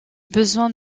besoins